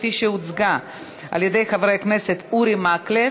כפי שהוצגה על-ידי חבר הכנסת אורי מקלב.